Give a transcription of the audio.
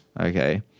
Okay